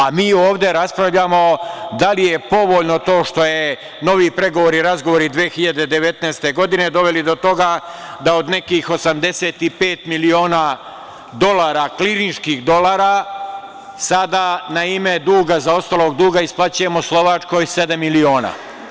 A mi ovde raspravljamo da li je povoljno to što su novi pregovori, razgovori 2019. godine doveli do toga da od nekih 85 miliona dolara, klirinških dolara sada na ime duga, zaostalog duga isplaćujemo Slovačkoj sedam milina.